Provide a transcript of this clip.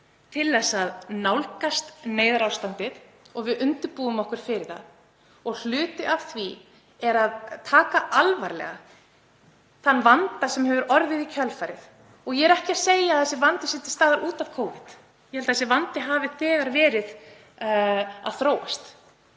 til að nálgast neyðarástand og við undirbúum okkur fyrir það. Hluti af því er að taka alvarlega þann vanda sem hefur orðið í kjölfarið. Ég er ekki að segja að þessi vandi sé til staðar út af Covid, ég held að hann hafi þegar verið byrjaður